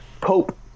pope